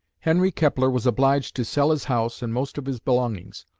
henry kepler was obliged to sell his house and most of his belongings,